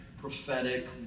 prophetic